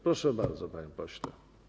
Proszę bardzo, panie pośle.